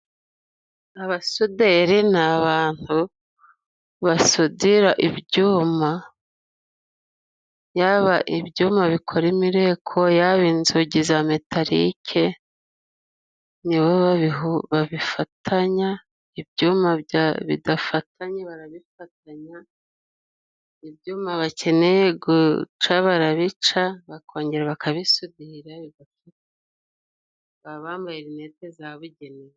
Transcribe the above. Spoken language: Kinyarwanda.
Abasuderi ni abantu basudira ibyuma, yaba ibyuma bikora imireko, yaba inzugi za metalike nibo babifatanya, ibyuma bidafatanye barabifatanya, ibyuma bakeneye guca barabica bakongera bakabisudirira, baba bambaye linete zabugenewe.